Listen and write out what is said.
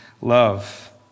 love